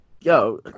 Yo